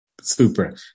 Super